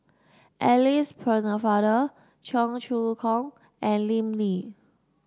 Alice Pennefather Cheong Choong Kong and Lim Lee